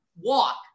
walk